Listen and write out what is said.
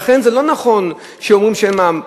לכן, זה לא נכון שאומרים שאין מע"מ.